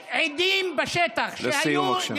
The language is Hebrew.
יש עדים בשטח, לסיום, בבקשה.